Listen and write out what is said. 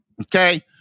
Okay